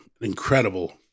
incredible